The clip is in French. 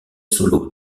solo